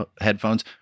headphones